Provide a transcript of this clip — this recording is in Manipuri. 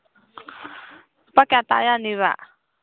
ꯂꯨꯄꯥ ꯀꯌꯥ ꯇꯥ ꯌꯥꯅꯤ